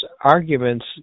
arguments